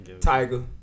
Tiger